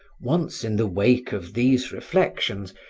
once in the wake of these reflections,